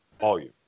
volume